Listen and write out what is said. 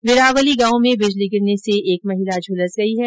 विरावली गांव में बिजली गिरने से एक महिला झलस गई है